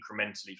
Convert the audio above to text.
incrementally